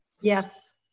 Yes